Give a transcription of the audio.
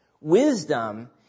wisdom